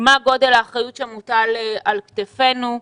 מה גודל האחריות המוטלת על כתפינו.